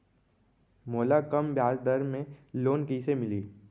मोला कम ब्याजदर में लोन कइसे मिलही?